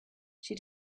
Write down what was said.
she